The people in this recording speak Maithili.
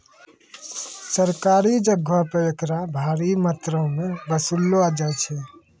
सरकारियो जगहो पे एकरा भारी मात्रामे वसूललो जाय छै